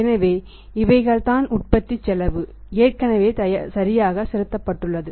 எனவே இவைகள்தான் உற்பத்தி செலவு ஏற்கனவே சரியாக செலுத்தப்பட்டுள்ளது